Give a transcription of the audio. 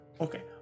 Okay